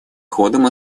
ходом